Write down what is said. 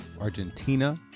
Argentina